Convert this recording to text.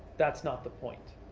that's not the point,